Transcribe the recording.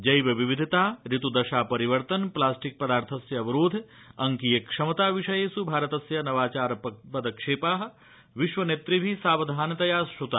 जैव विविधता ऋतुदशापरिवर्तन पलास्टिक पदार्थस्यावरोध अंकीय क्षमता विषयेष् भारतस्य नवाचार पदक्षेपा विश्वनेतृभि सावधानतया श्रुता